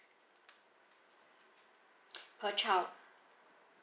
per child